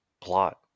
plot